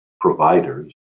providers